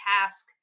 task